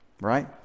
right